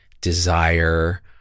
desire